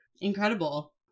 Incredible